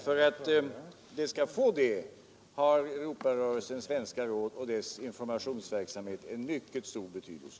För att åstadkomma detta har Europarörelsens svenska råd och dess informationsverksamhet mycket stor betydelse.